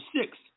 six